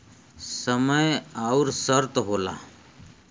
समय अउर शर्त होला